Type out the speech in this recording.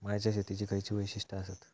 मळ्याच्या शेतीची खयची वैशिष्ठ आसत?